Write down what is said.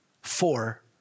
four